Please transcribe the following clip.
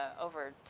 over